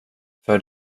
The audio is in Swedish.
för